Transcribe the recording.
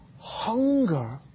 hunger